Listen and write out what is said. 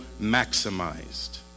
maximized